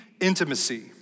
intimacy